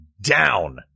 down